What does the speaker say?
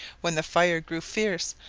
when the fire grew fierce,